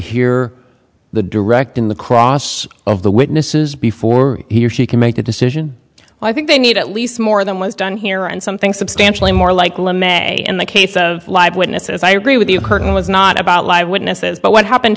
hear the direct in the cross of the witnesses before he or she can make a decision i think they need at least more than was done here and something substantially more like le may in the case of live witnesses i agree with you colonel was not about live witnesses but what happened